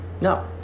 No